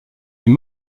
est